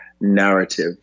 narrative